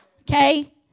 okay